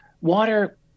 water